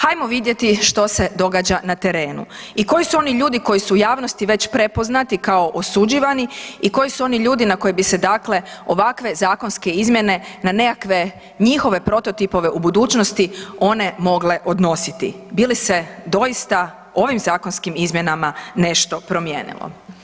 Hajmo vidjeti što se događa na terenu i koji su oni ljudi koji su javnosti već prepoznati kao osuđivani i koji su oni ljudi na koje bi se dakle ovakve zakonske izmjene na nekakve njihove prototipove u budućnosti one mogle odnositi, bili se doista ovim zakonskim izmjenama nešto promijenilo.